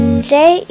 Today